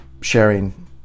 sharing